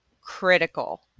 critical